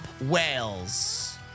Wales